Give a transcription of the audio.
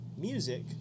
music